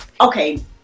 okay